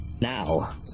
Now